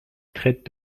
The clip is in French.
traitent